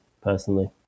personally